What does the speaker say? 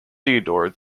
theodore